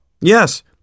Yes